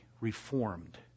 reformed